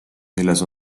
milles